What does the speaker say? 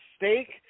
mistake